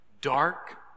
Dark